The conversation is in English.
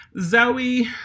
Zoe